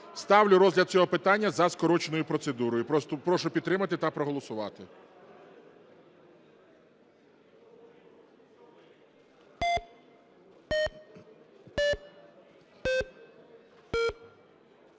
ставлю розгляд цього питання за скороченою процедурою. Прошу підтримати та проголосувати.